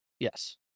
Yes